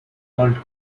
world